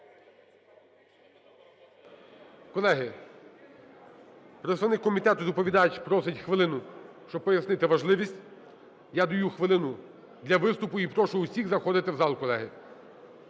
Колеги, представник комітету - доповідач просить хвилину, щоб пояснити важливість. Я даю хвилину для виступу. І прошу усіх заходити в зал, колеги.